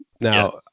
Now